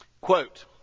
Quote